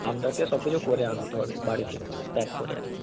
আপনাকে সব কিছু করে আনতে হবে বাড়ি থেকে প্যাক করে আর